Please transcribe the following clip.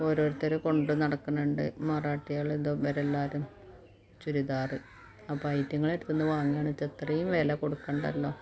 ഓരോരുത്തർ കൊണ്ട് നടക്കുന്നുണ്ട് മറാഠിയകൾ ഇത് ഇവരെല്ലാരും ചുരിദാർ അപ്പം അയ്റ്റങ്ങളുടെ അടുത്തുനിന്ന് വാങ്ങുകയാണ് ഇത് ഇത്രയും വില കൊടുക്കേണ്ടല്ലോ